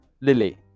Lily